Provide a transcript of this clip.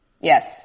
Yes